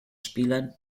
spielern